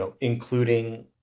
including